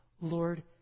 Lord